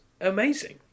amazing